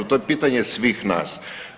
To je pitanje svih nas.